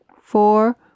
four